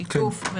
בשיתוף,